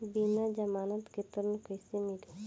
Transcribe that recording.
बिना जमानत के ऋण कैसे मिली?